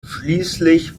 schließlich